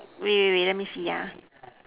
wait wait wait let me see ah